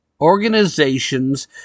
organizations